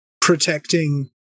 protecting